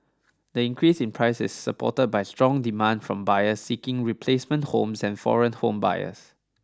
the increase in prices supported by strong demand from buyers seeking replacement homes and foreign home buyers